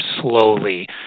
slowly